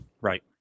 Right